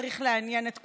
צריכים לעניין את כולנו.